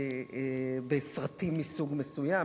משחק בסרטים מסוג מסוים,